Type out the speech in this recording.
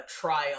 trial